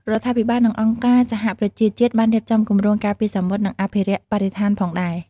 រដ្ឋាភិបាល និងអង្គការសហប្រជាជាតិបានរៀបចំគម្រោងការពារសមុទ្រ និងអភិរក្សបរិស្ថានផងដែរ។